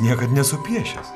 niekad nesu piešęs